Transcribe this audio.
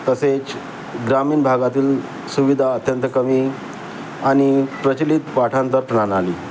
तसेच ग्रामीण भागातील सुविधा अत्यंत कमी आणि प्रचलित पाठांतर प्रणाली